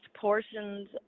portions